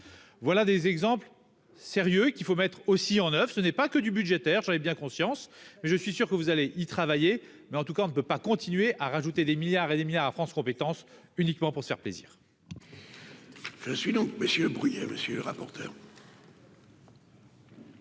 voilà des exemples sérieux et qu'il faut mettre aussi en oeuvre ce n'est pas que du budgétaire, j'en ai bien conscience, je suis sûr que vous allez-y travailler mais en tout cas on ne peut pas continuer à rajouter des milliards et des milliards à France compétences uniquement pour faire plaisir. Je suis donc Monsieur Bruillet, monsieur le rapporteur.